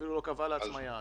היא אפילו לא קבעה לעצמה יעד.